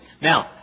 Now